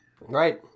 Right